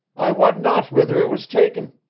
i wot not whither it was taken.